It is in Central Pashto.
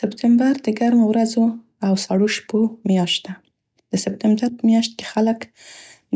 سپتمبر د ګرمو ورځو او سړو شپو میاشت ده. د سپتمبر په میاشت کې خلک